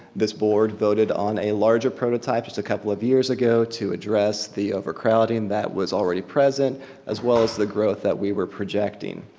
this board voted on a larger prototype just a couple of years ago to address the overcrowding that was already present as well as the growth that we were projecting.